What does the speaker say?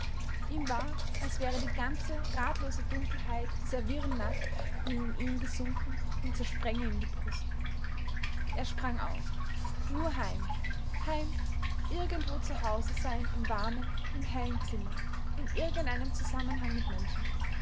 ihm war als wäre die ganze ratlose dunkelheit dieser wirren nacht nun in ihn gesunken und zersprenge ihm die brust er sprang auf nur heim heim irgendwo zu hause sein im warmen im hellen zimmer in irgendeinem zusammenhang mit menschen